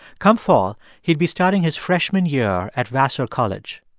come fall, he'd be starting his freshman year at vassar college.